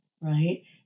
right